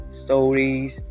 stories